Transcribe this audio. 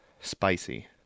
spicy